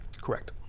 Correct